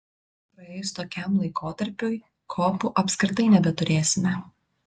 praėjus tokiam laikotarpiui kopų apskritai nebeturėsime